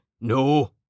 No